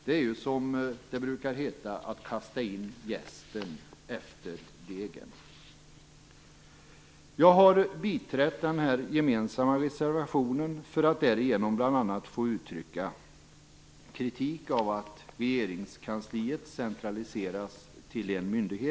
Det är, som det brukar heta, att kasta in jästen efter degen. Jag har biträtt den gemensamma reservationen för att därigenom bl.a. få uttrycka kritik mot att regeringskansliet centraliseras till en myndighet.